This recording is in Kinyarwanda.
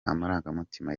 amarangamutima